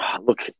look